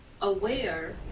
aware